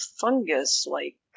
fungus-like